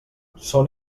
són